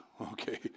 okay